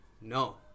no